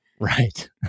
right